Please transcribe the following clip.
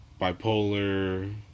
bipolar